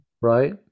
right